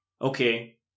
Okay